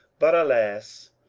but, alas,